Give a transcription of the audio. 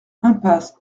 impasse